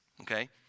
okay